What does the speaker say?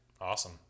awesome